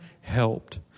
helped